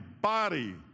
body